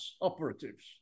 operatives